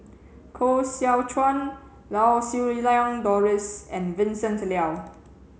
koh Seow Chuan Lau Siew Lang Doris and Vincent Leow